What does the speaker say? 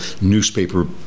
newspaper